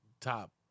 top